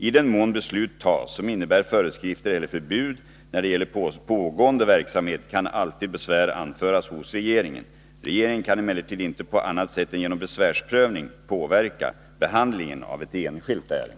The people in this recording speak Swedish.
I den mån beslut tas som innebär föreskrifter eller förbud när det gäller pågående verksamhet kan alltid besvär anföras hos regeringen. Regeringen kan emellertid inte på annat sätt än genom besvärsprövning påverka behandlingen av ett enskilt ärende.